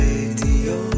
Radio